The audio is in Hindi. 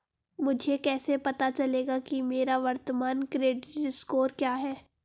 मुझे कैसे पता चलेगा कि मेरा वर्तमान क्रेडिट स्कोर क्या है?